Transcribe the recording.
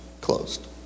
closed